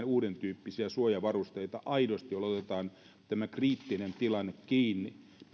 uudentyyppisiä suojavarusteita aidosti otetaan tämä kriittinen tilanne kiinni